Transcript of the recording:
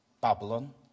Babylon